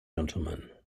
gentlemen